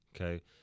Okay